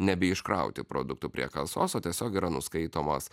nebeiškrauti produktų prie kasos o tiesiog yra nuskaitomas